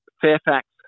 Fairfax